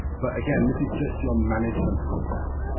but again this is just your management feedback.